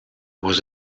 was